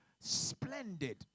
splendid